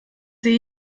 sehe